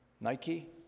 Nike